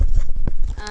אף